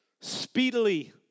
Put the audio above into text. Speedily